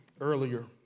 earlier